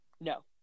No